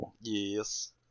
Yes